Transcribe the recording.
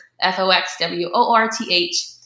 F-O-X-W-O-R-T-H